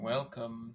Welcome